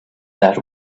that